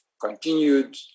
continued